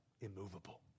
immovable